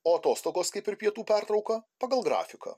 o atostogos kaip ir pietų pertrauka pagal grafiką